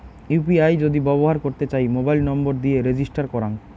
UPI যদি ব্যবহর করতে চাই, মোবাইল নম্বর দিয়ে রেজিস্টার করাং